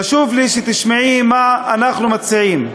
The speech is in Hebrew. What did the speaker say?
חשוב לי שתשמעי מה אנחנו מציעים.